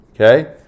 okay